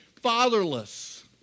fatherless